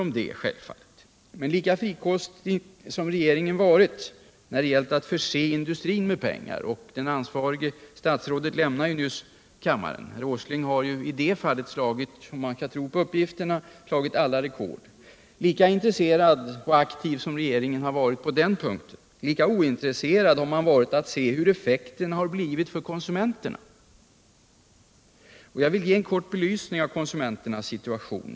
Men lika frikostig, intresserad och aktiv som regeringen har varit när det gällt att förse industrin med pengar — det ansvariga statsrådet lämnade nyss kammaren, men skall man tro på uppgifterna har herr Åsling slagit alla rekord — lika ointresserad har man varit att se på hur effekterna har blivit för konsumenterna. Jag vill ge en kort belysning av konsumenternas situation.